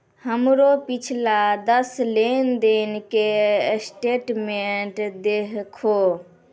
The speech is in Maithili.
हमरो पिछला दस लेन देन के स्टेटमेंट देहखो